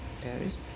Paris